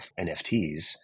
NFTs